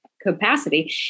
capacity